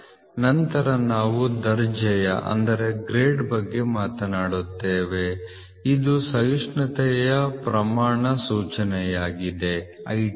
ನಂತರ ನಾವು ದರ್ಜೆಯ ಬಗ್ಗೆ ಮಾತನಾಡುತ್ತೇವೆ ಇದು ಸಹಿಷ್ಣುತೆಯ ಪ್ರಮಾಣ ಸೂಚನೆಯಾಗಿದೆ IT 6